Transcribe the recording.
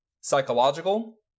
Psychological